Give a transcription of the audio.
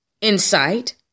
insight